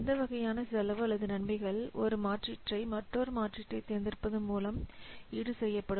இந்த வகையான செலவு அல்லது நன்மைகள் ஒரு மாற்றீட்டை மற்றொரு மாற்றீட்டைத் தேர்ந்தெடுப்பதன் மூலம் ஈடு செய்யப்படும்